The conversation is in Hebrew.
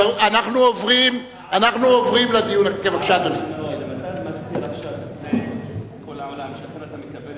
אם אתה מצהיר עכשיו מול כל העולם שאתה מקבל